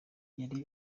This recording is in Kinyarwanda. yari